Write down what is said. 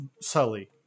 Sully